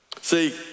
See